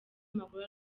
amakuru